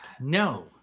No